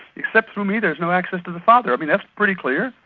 except through me there's no access to the father. i mean, that's pretty clear,